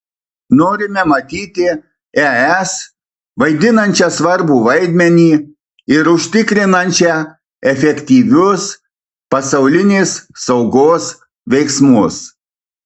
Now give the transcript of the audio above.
norime matyti es vaidinančią svarbų vaidmenį ir užtikrinančią efektyvius pasaulinės saugos veiksmus